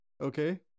Okay